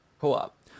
co-op